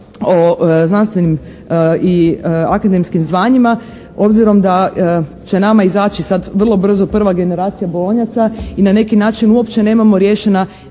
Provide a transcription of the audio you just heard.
o znanstvenim i akademskim zvanjima obzirom da će nama izaći sad vrlo brzo prva generacija Bolonjaca i na neki način uopće nemamo riješena